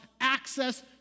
access